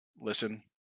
listen